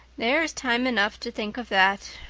there's time enough to think of that,